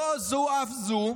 לא זו אף זו,